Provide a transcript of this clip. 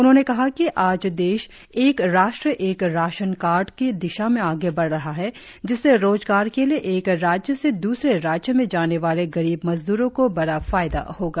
उन्होंने कहा कि आज देश एक राष्ट्र एक राशन कार्ड की दिशा में आगे बढ़ रहा है जिससे रोजगार के लिए एक राज्य से द्रसरे राज्य में जाने वाले गरीब मजद्रों को बड़ा फायदा होगा